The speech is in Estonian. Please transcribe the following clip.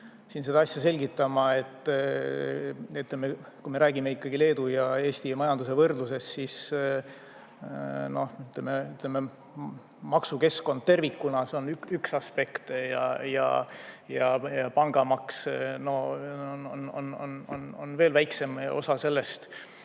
siin seda asja selgitama, et kui me räägime Leedu ja Eesti majanduse võrdlusest, siis noh, ütleme, maksukeskkond tervikuna on üks aspekte ja pangamaks on veel väiksem osa sellest.